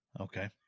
Okay